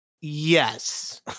yes